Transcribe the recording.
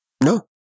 No